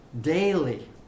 daily